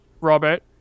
Robert